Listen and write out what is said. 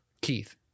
Keith